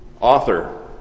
author